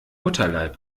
mutterleib